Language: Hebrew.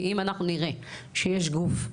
כי אם אנחנו נראה שיש גוף,